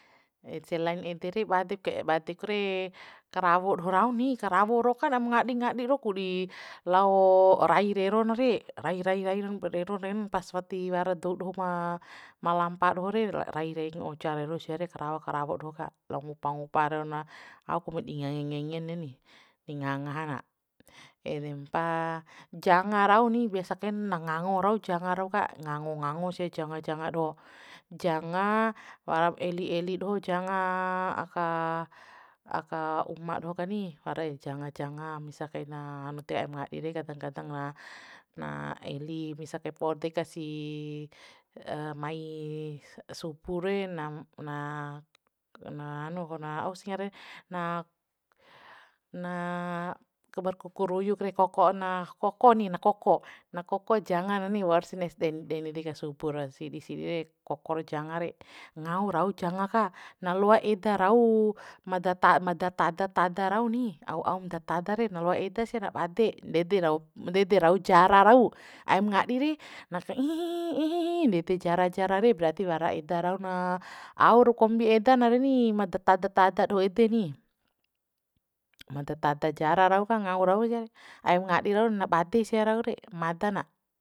Ese lain ede re bade badek re karawo doho rau ni karawo ro ka na mngadi ngadi rok di lao rai rero na re rai rai rai renon re pas wati wara dou doho ma ma lampa doho re rairai ngoja reron sia re rao krawo doho ka lao ngupa ngupa rero na au kombi di ngengengen reni di ngangaha na edempa janga rau ni biasa kein na ngango rau janga rau ka ngangongango sia janga janga dro janga warak eli eli doho janga aka aka uma roho reni re janga janga misa kainahanu de aim ngadi re kadang kadang na eli misa kaipo wodeka si mai se subuh re na na na hanu ku na ausire na na berkuku ruyuk de koko na koko ni na koko na koko jangan ni waursi deni deka subu ra sidi sidi re koko ra jangan re ngau rau janga ka na loa eda rau mada ta mada tada tada rauni au aum da tada re na loa edasi na bade ndede rau- mndede rau jara rau aim ngadi re na ka ndede jara jara re berarti wara eda rauna au ro kombi eda na reni ma da tada tada doho ede ni ma da tada tada jara rau ka ngau rau sia re aim ngadi raun na bade sia rau re mada na